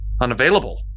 Unavailable